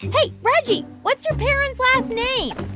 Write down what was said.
hey, reggie, what's you parents' last name?